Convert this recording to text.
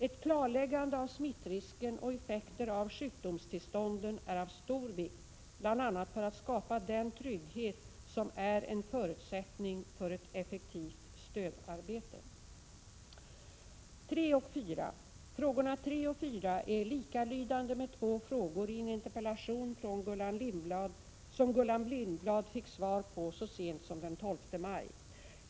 Ett klarläggande av smittrisken och effekter av sjukdomstillstånden är av stor vikt, bl.a. för att skapa den trygghet som är en förutsättning för ett effektivt stödarbete. 3-4. Frågorna 3 och 4 är likalydande med två frågor i en interpellation som Gullan Lindblad fick svar på så sent som den 12 maj.